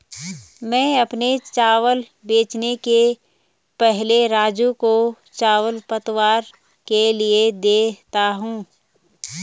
मैं अपने चावल बेचने के पहले राजू को चावल पतवार के लिए दे देता हूं